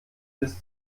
bis